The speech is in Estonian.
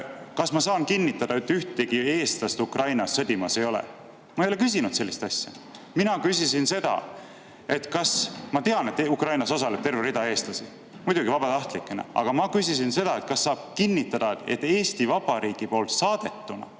"Kas ma saan kinnitada, et ühtegi eestlast Ukrainas sõdimas ei ole?" Ma ei ole küsinud sellist asja. Ma tean, et Ukrainas osaleb terve rida eestlasi, muidugi vabatahtlikena, aga ma küsisin, kas ta saab kinnitada, et Eesti Vabariigi poolt saadetuna